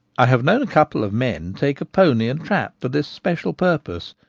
i have known a couple of men take a pony and trap for this special purpose,